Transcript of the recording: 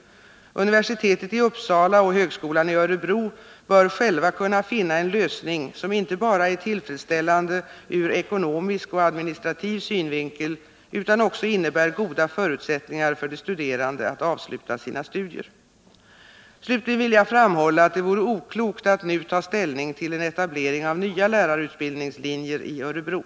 Universitetet i Uppsala och högskolan i Örebro bör själva kunna finna en lösning som inte bara är tillfredsställande ur ekonomisk och administrativ synvinkel utan också innebär goda förutsättningar för de studerande att avsluta sina studier. Slutligen vill jag framhålla att det vore oklokt att nu ta ställning till en etablering av nya lärarutbildningslinjer i Örebro.